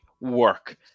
work